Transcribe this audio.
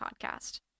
podcast